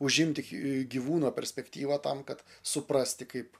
užimti gyvūno perspektyvą tam kad suprasti kaip